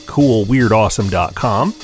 CoolWeirdAwesome.com